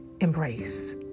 embrace